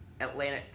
Atlanta